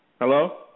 Hello